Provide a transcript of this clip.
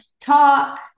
talk